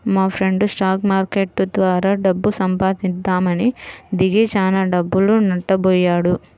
మాఫ్రెండు stock market ద్వారా డబ్బు సంపాదిద్దామని దిగి చానా డబ్బులు నట్టబొయ్యాడు